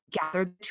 gathered